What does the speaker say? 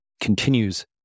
continues